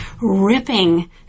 ripping